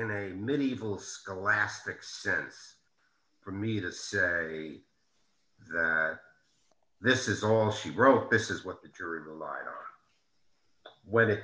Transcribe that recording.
in a medieval scholastics sense for me to say this is all she wrote this is what the jury lined up when it